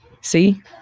See